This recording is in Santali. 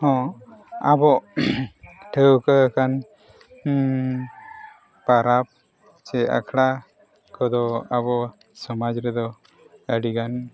ᱦᱮᱸ ᱟᱵᱚ ᱴᱷᱟᱹᱣᱠᱟᱹ ᱟᱠᱟᱱ ᱯᱚᱨᱚᱵᱽ ᱪᱮ ᱟᱠᱷᱲᱟ ᱠᱚᱫᱚ ᱟᱵᱚ ᱥᱚᱢᱟᱡᱽ ᱨᱮᱫᱚ ᱟᱹᱰᱤᱜᱟᱱ